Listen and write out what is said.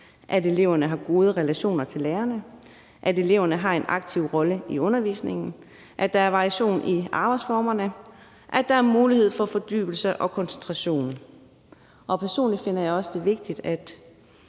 at eleverne har gode relationer til lærerne, at eleverne har en aktiv rolle i undervisningen, at der er variation i arbejdsformerne, og at der er mulighed for fordybelse og koncentration. Personligt finder jeg det også vigtigt, at